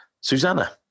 Susanna